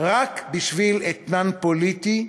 רק בשביל אתנן פוליטי,